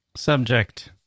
Subject